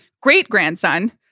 great-grandson